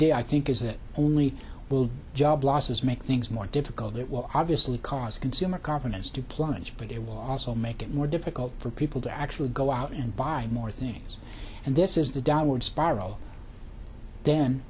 idea i think is that only job losses make things more difficult it will obviously cause consumer confidence to plunge but it will also make it more difficult for people to actually go out and buy more things and this is the downward spiral then